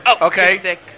Okay